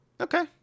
okay